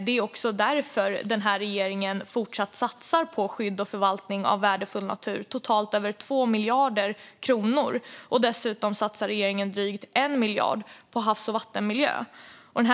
Det är också därför den här regeringen fortsätter att satsa på skydd och förvaltning av värdefull natur - totalt över 2 miljarder kronor. Dessutom satsar regeringen drygt 1 miljard på havs och vattenmiljö.